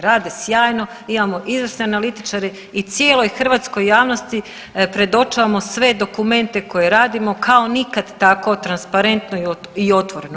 Rade sjajno, imamo izvrsne analitičare i cijeloj hrvatskoj javnosti predočavamo sve dokumente koje radimo kao nikad tako transparentno i otvoreno.